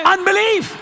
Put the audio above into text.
Unbelief